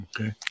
Okay